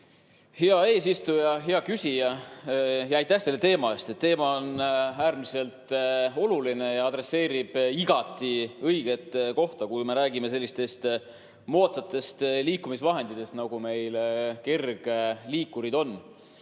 Hea eesistuja! Hea küsija, aitäh selle teema eest! Teema on äärmiselt oluline ja käsitleb igati õiget asja, kui me räägime sellistest moodsatest liikumisvahenditest nagu kergliikurid.